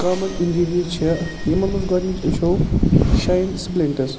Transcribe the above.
common injuries چھےٚ یِمَن منٛز گۄڈٕنِچ وٕچھَو شایِن سُپلیٹٕس